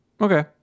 Okay